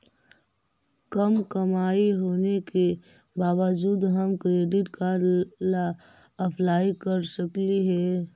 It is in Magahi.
कम कमाई होने के बाबजूद हम क्रेडिट कार्ड ला अप्लाई कर सकली हे?